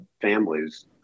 families